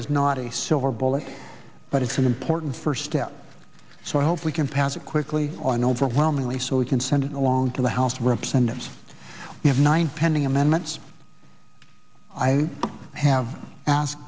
is not a silver bullet but it's an important first step so i hope we can pass it quickly on overwhelmingly so we can send it along to the house of representatives we have one pending amendments i have asked